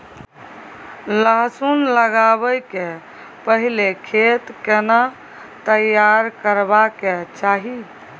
लहसुन लगाबै के पहिले खेत केना तैयार करबा के चाही?